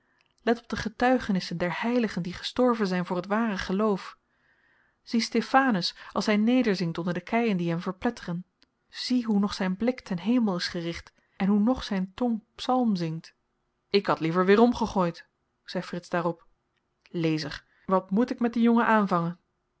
let op de getuigenissen der heiligen die gestorven zyn voor t ware geloof zie stefanus als hy nederzinkt onder de keien die hem verpletteren zie hoe nog zyn blik ten hemel is gericht en hoe nog zyn tong psalmzingt ik had liever weerom gegooid zei frits daarop lezer wat moet ik met dien jongen aanvangen